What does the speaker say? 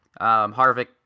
Harvick